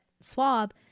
swab